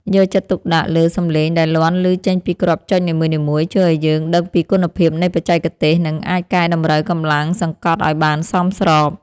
យកចិត្តទុកដាក់លើសម្លេងដែលលាន់ឮចេញពីគ្រាប់ចុចនីមួយៗជួយឱ្យយើងដឹងពីគុណភាពនៃបច្ចេកទេស និងអាចកែតម្រូវកម្លាំងសង្កត់ឱ្យបានសមស្រប។